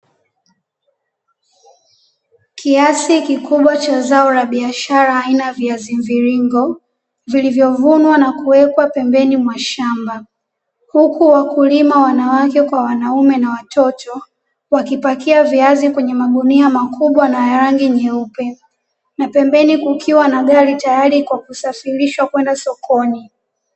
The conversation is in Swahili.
Kiasi kikubwa cha zao la biashara aina ya viazi mviringo vilivyo vunwa na kuwekwa pembeni mwa shamba, huku wakulima wanawake kwa wanaume na watoto wakipakia viazi kwenye magunia makubwa na ya rangi nyeupe, na pembeni kukiwa na gari tayari kwa kusafirishwa kwenda sokoni.